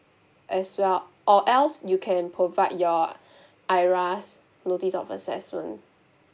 as well or else you can provide your IRAS notice of assessment